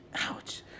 Ouch